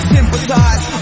Sympathize